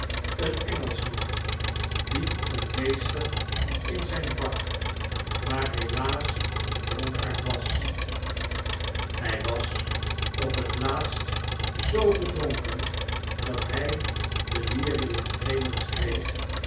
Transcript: een engelschman die een meester in zijn vak maar helaas een dronkaard was hij was op het laatst zoo verdronken dat hij delirium tremens kreeg